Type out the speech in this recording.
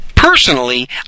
Personally